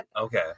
Okay